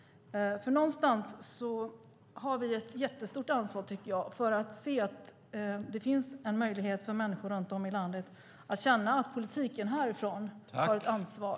Vi har ett jättestort ansvar. Människor runt om i landet måste känna att politiken härifrån tar ett ansvar.